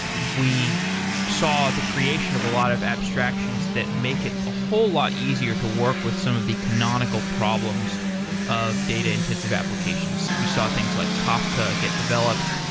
we saw the creation of a lot of abstractions that make it a whole lot easier to work with some of the canonical problems of data-intensive applications. we saw things like kafka get developed.